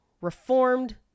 Reformed